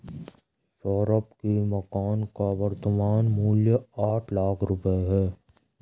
सौरभ के मकान का वर्तमान मूल्य आठ लाख रुपये है